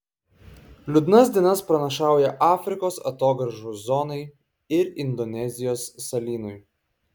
liūdnas dienas pranašauja afrikos atogrąžų zonai ir indonezijos salynui